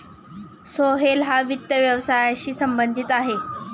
सोहेल हा वित्त व्यवसायाशी संबंधित आहे